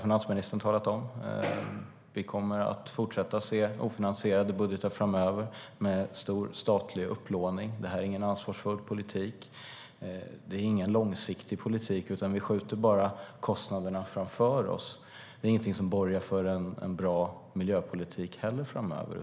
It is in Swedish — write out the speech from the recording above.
Finansministern har talat om att vi kommer att fortsätta se ofinansierade budgetar, med stor statlig upplåning, framöver. Det är ingen ansvarsfull politik. Det är ingen långsiktig politik. Vi skjuter bara kostnaderna framför oss. Det borgar inte heller för bra miljöpolitik framöver.